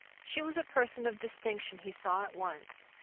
she was a person of distinction he saw at once,